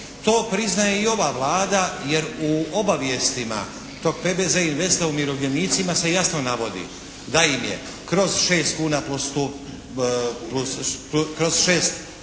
To priznaje i ova Vlada jer u obavijestima tog PBZ investa umirovljenicima se jasno navodi da im je kroz 6 kuna plus, kroz